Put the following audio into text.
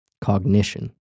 cognition